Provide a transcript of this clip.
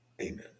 Amen